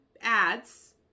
ads